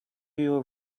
you